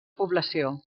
població